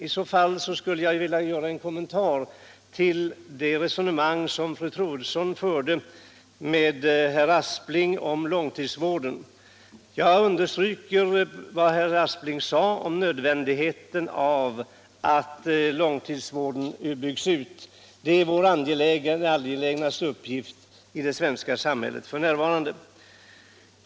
I så fall skulle jag vilja göra en kommentar till det resonemang som fru Troedsson förde med herr Aspling om långtidsvården. Jag understryker vad herr Aspling sade om nödvändigheten av att långtidsvården byggs ut. Det är vår mest angelägna uppgift i det svenska samhället f.n.